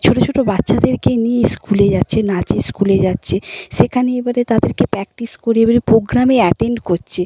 ছোটো ছোটো বাচ্চাদেরকে নিয়ে স্কুলে যাচ্ছে নাচের স্কুলে যাচ্ছে সেখানে এবারে তাদেরকে প্র্যাকটিস করিয়ে এবারে প্রোগ্রামে অ্যাটেন্ড করছে